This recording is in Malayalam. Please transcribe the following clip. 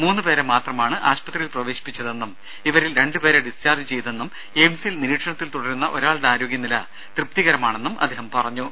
മൂന്ന് പേരെ മാത്രമാണ് ആശുപത്രിയിൽ പ്രവേശിപ്പിച്ചതെന്നും ഇവരിൽ രണ്ട് പേരെ ഡിസ്ചാർജ് ചെയ്തതായും എയിംസിൽ നിരീക്ഷണത്തിൽ തുടരുന്ന ഒരാളുടെ ആരോഗ്യനില തൃപ്തികരമാണെന്നും അദ്ദേഹം അറിയിച്ചു